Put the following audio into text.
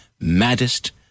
maddest